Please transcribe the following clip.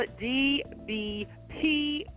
DBP